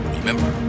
Remember